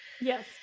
Yes